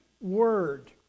word